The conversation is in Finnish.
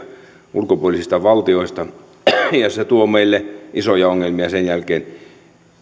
ulkopuolisista valtioista ja se tuo meille isoja ongelmia sen jälkeen